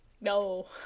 no